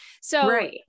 So-